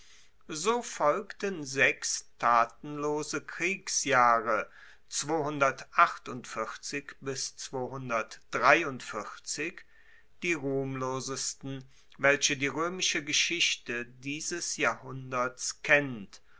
so folgten sechs tatenlose kriegsjahre die ruhmlosesten welche die roemische geschichte dieses jahrhunderts kennt